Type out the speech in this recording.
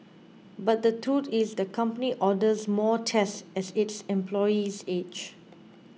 but the truth is the company orders more tests as its employees age